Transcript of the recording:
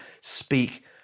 Speak